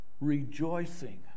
Rejoicing